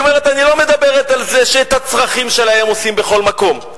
היא אומרת: אני לא מדברת על זה שאת הצרכים שלהם הם עושים בכל מקום,